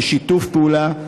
בשיתוף פעולה,